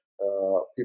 people